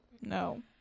No